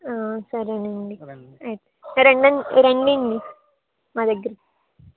సరేనండి అవి ఈ రెండు అండీ మా దగ్గర